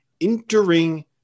entering